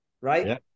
right